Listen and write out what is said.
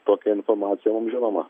tokia informacija mum žinoma